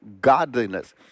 godliness